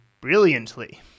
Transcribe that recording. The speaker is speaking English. brilliantly